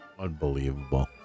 Unbelievable